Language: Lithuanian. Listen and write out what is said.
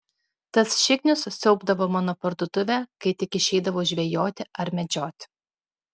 tas šiknius siaubdavo mano parduotuvę kai tik išeidavau žvejoti ar medžioti